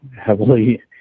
heavily